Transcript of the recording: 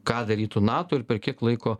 ką darytų nato ir per kiek laiko